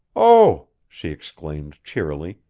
oh, she exclaimed cheerily,